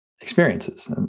experiences